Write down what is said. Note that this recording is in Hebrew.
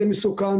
זה מסוכן,